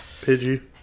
Pidgey